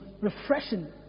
refreshing